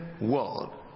world